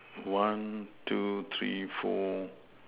one two three four